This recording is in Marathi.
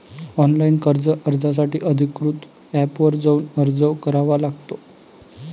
ऑनलाइन कर्ज अर्जासाठी अधिकृत एपवर जाऊन अर्ज करावा लागतो